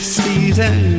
season